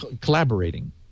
collaborating